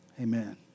Amen